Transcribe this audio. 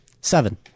Seven